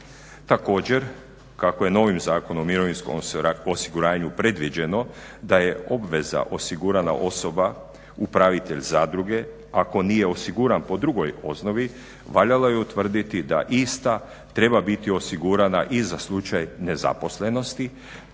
Također kako je novim Zakonom o mirovinskom osiguranju predviđeno da je obveza osigurana osoba upravitelj zadruge ako nije osiguran po drugoj osnovi valjalo je utvrditi da ista treba biti osigurana i za slučaj nezaposlenosti